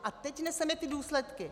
A teď neseme důsledky.